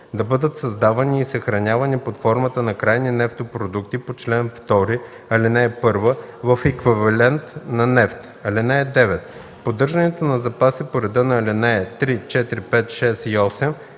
да бъдат създавани и съхранявани под формата на крайни нефтопродукти по чл. 2, ал. 1 в еквивалент на нефт. (9) Поддържането на запаси по реда на ал. 3, 4, 5, 6 и 8